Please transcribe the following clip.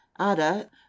ADA